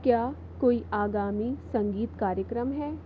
क्या कोई आगामी संगीत कार्यक्रम है